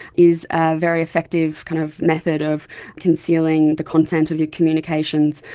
is a very effective kind of method of concealing the content of your communications,